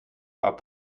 large